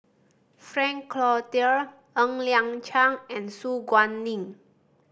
Frank Cloutier Ng Liang Chiang and Su Guaning